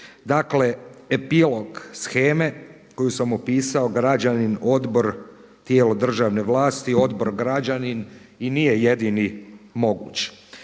Dakle, epilog sheme koju sam opisa građanin, odbor, tijelo državne vlasti, odbor građanin i nije jedini moguć.